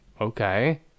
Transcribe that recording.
okay